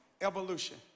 evolution